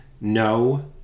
No